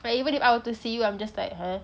but even if I were to see you I'm just like